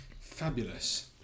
Fabulous